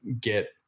get